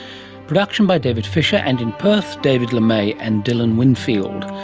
production by david fisher and in perth, david lemay and dylan winfield.